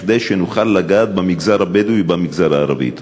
כדי שנוכל לגעת במגזר הבדואי ובמגזר הערבי.